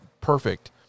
perfect